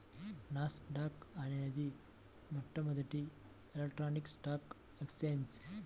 నాస్ dock అనేది మొట్టమొదటి electronic stock exchange